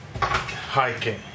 hiking